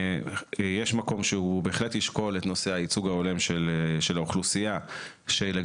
יש מקום שהוא בהחלט ישקול את נושא הייצוג ההולם של האוכלוסייה שלגביה